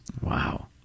wow